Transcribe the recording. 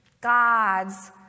God's